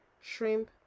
shrimp